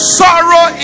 sorrow